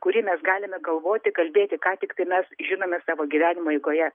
kurį mes galime galvoti kalbėti ką tiktai mes žinome savo gyvenimo eigoje